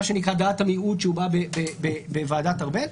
כלומר דעת המיעוט בוועדת ארבל,